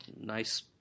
Nice